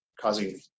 causing